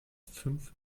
fünf